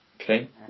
Okay